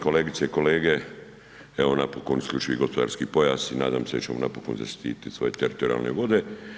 Kolegice i kolege, evo napokon isključivi gospodarski pojas i nadam se da ćemo napokon zaštititi svoje teritorijalne vode.